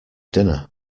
dinner